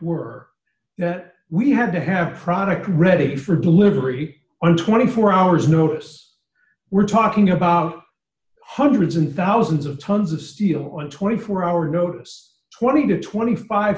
were that we had to have product ready for delivery on twenty four hours notice we're talking about hundreds and thousands of tons of steel and twenty four hour notice twenty dollars to twenty five